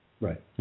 Right